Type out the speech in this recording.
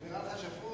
זה נראה לך שפוי?